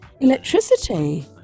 electricity